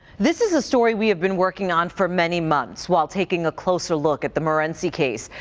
this is a story we've been working on for many months while taking a closer look at the morenci case,